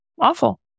awful